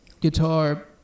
guitar